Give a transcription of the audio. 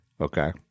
okay